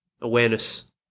Awareness